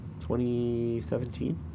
2017